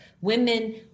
Women